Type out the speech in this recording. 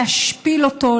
להשפיל אותו,